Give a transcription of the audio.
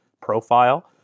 profile